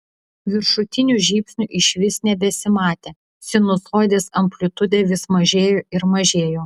viršutinių žybsnių išvis nebesimatė sinusoidės amplitudė vis mažėjo ir mažėjo